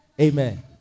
Amen